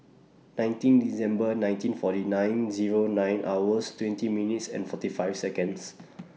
nineteen December nineteen forty nine Zero nine hours twenty minutes and forty five Seconds